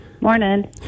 Morning